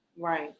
right